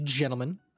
Gentlemen